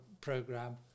program